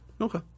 Okay